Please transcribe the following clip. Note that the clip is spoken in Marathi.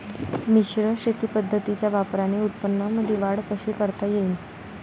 मिश्र शेती पद्धतीच्या वापराने उत्पन्नामंदी वाढ कशी करता येईन?